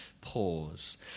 pause